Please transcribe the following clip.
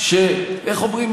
איך אומרים,